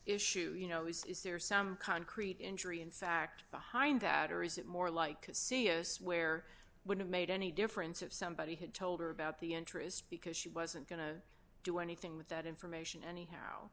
issue is there some concrete injury in fact behind that or is it more like serious where i would have made any difference if somebody had told her about the interest because she wasn't going to do anything with that information anyhow